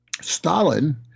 Stalin